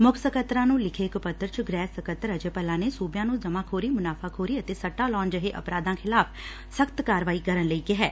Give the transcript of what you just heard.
ਮੁੱਖ ਸਕੱਤਰਾ ਨੂੰ ਲਿਖੇ ਇਕ ਪੱਤਰ ਚ ਗ੍ਰਹਿ ਸਕੱਤਰ ਅਜੇ ਭੱਲਾ ਨੇ ਸੁਬਿਆਂ ਨੂੰ ਜਮਾਖੋਰੀ ਮੁਨਾਫਾਖੋਰੀ ਅਤੇ ਸੱਟਾਂ ਲਾਉਣ ਜਿਹੇ ਅਪਰਾਧਾਂ ਖਿਲਾਫ਼ ਸਖ਼ਤ ਕਾਰਵਾਈ ਕਰਨ ਲਈ ਕਿਹੈ